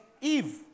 Eve